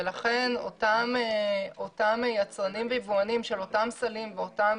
ולכן אותם יצרנים רבעוניים של אותם סלים או אותן